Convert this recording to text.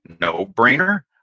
no-brainer